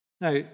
Now